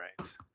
right